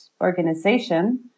organization